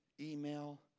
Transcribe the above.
email